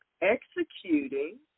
executing